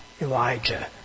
Elijah